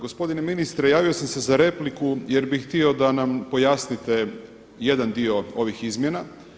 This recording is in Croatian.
Gospodine ministre, javio sam se za repliku jer bih htio da nam pojasnite jedan dio ovih izmjena.